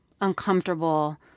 uncomfortable